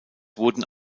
wurden